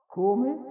Come